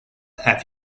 have